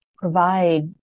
provide